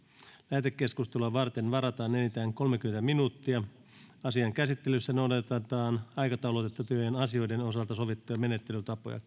lähetekeskustelua varten varataan enintään kolmekymmentä minuuttia asian käsittelyssä noudatetaan aikataulutettujen asioiden osalta sovittuja menettelytapoja